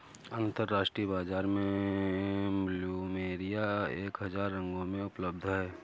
अंतरराष्ट्रीय बाजार में प्लुमेरिया एक हजार रंगों में उपलब्ध हैं